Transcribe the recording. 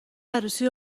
عروسی